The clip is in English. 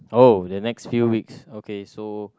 uh the next few week okay so